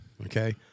okay